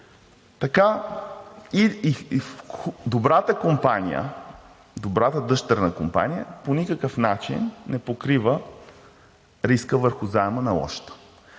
компания, добрата дъщерна компания по никакъв начин не покрива риска върху заема на лошата.